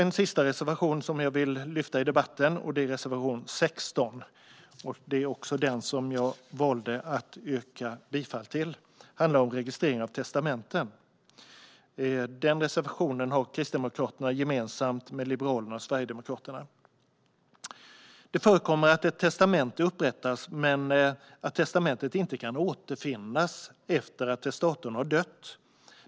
En sista reservation som jag vill lyfta fram i debatten är reservation 16, som jag också valde att yrka bifall till. Den handlar om registrering av testamenten, och det är en reservation som Kristdemokraterna har gemensam med Liberalerna och Sverigedemokraterna. Det förekommer att ett testamente upprättats men att testamentet inte kan återfinnas efter att testatorns död.